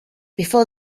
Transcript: before